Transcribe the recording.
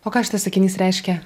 o ką šitas sakinys reiškia